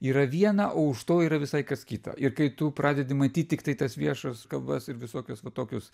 yra viena o už to yra visai kas kita ir kai tu pradedi matyt tiktai tas viešas kalbas ir visokius va tokius